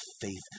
faith